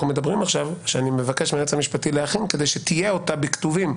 שאני מבקש מהיועץ המשפטי להכין כדי שיהיה בכתובים.